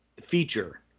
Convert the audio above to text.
feature